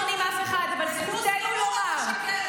דפוס, משקרת.